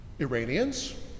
Iranians